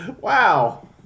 Wow